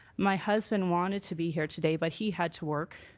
my husband wanted to be here today but he had to work.